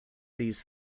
these